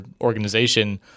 organization